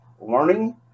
learning